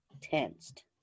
tensed